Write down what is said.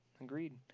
Agreed